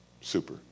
Super